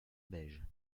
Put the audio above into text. beige